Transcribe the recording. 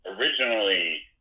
originally